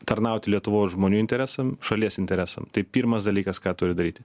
tarnauti lietuvos žmonių interesam šalies interesam tai pirmas dalykas ką turi daryti